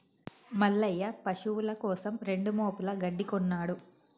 మల్లయ్య పశువుల కోసం రెండు మోపుల గడ్డి కొన్నడు